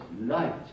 light